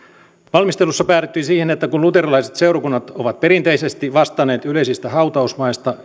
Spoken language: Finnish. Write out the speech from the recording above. valmistelussa päädyttiin siihen että kun luterilaiset seurakunnat ovat perinteisesti vastanneet yleisistä hautausmaista